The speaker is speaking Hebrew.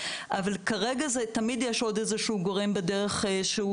אבל כרגע תמיד יש עוד איזשהו גורם מתווך בדרך.